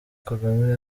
kagame